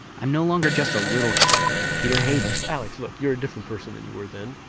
i'm no longer just a little shit to peter hayden alex look, you're a different person than you were then.